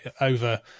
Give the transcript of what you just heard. over